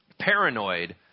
paranoid